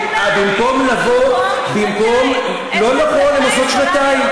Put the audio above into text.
שנה, לא נכון, הן עושות שנתיים.